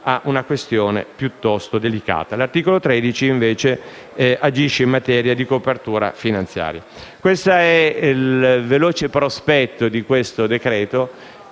a una questione piuttosto delicata. L'articolo 13 invece agisce in materia di copertura finanziaria. Questo è il veloce prospetto del decreto